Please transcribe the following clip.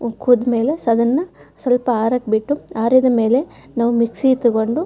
ಅದು ಕುದ್ದಮೇಲೆ ಅದನ್ನು ಸ್ವಲ್ಪ ಆರೋಕೆ ಬಿಟ್ಟು ಆರಿದ ಮೇಲೆ ನಾವು ಮಿಕ್ಸಿ ತೊಗೊಂಡು